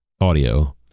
audio